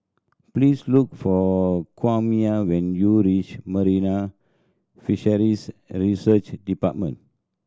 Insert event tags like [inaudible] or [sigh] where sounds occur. please look for Kwame when you reach Marine Fisheries [unintelligible] Research Department